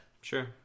Sure